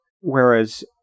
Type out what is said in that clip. whereas